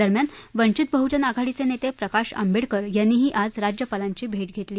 दरम्यान वंचित बह्जन आघाडीचे नेते प्रकाश आंबेडकर यांनीही आज राज्यपालांची भेट घेतली